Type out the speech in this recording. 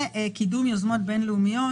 וקידום יוזמות בין-לאומיות,